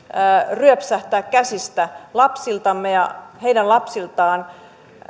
ryöpsähtää käsistä lapsiltamme ja heidän lapsiltaan